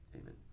amen